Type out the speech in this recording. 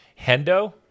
Hendo